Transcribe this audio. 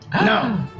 No